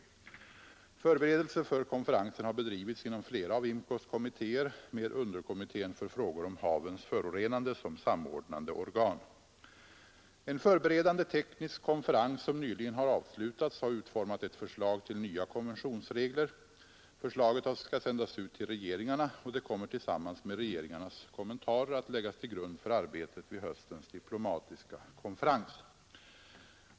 Förberedelser för konferensen har bedrivits inom flera av IMCO:s kommittéer med underkommittén för frågor om havens förorenande som samordnande organ. En förberedande teknisk konferens, som nyligen har avslutats, har utformat ett förslag till nya konventionsregler. Förslaget skall sändas ut till regeringarna, och det kommer tillsammans med regeringarnas kommentarer att läggas till grund för arbetet vid höstens diplomatiska konferens.